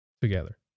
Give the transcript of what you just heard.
together